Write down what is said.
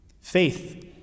Faith